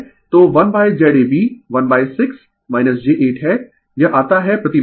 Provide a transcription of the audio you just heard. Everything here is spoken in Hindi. तो 1Z ab 16 j 8 है यह आता है प्रति वैल्यू